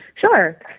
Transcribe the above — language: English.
Sure